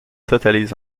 totalise